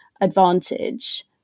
advantage